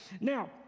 Now